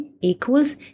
equals